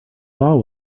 law